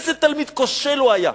איזה תלמיד כושל הוא היה,